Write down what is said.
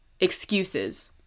excuses